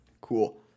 Cool